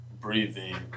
breathing